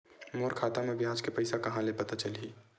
मोर खाता म ब्याज के पईसा ह कहां ले पता चलही?